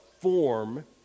form